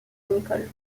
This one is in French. nicholl